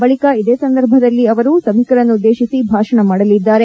ಬಳಿಕ ಇದೇ ಸಂದರ್ಭದಲ್ಲಿ ಅವರು ಸಭಿಕರನ್ನುದ್ದೇಶಿಸಿ ಭಾಷಣ ಮಾಡಲಿದ್ದಾರೆ